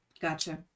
Gotcha